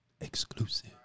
Exclusive